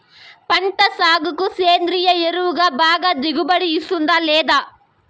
పంట సాగుకు సేంద్రియ ఎరువు బాగా దిగుబడి ఇస్తుందా లేదా